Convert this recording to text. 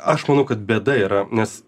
aš manau kad bėda yra nes